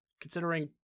considering